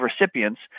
recipients